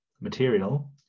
material